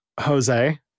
Jose